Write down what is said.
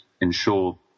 ensure